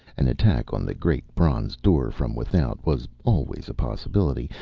an attack on the great bronze door from without was always a possibility,